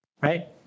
right